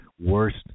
worst